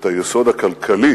היסוד הכלכלי